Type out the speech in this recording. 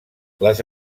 les